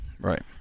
right